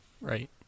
Right